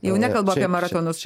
jau nekalbu apie maratonus